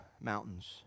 mountains